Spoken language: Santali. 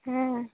ᱦᱮᱸ